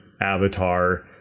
avatar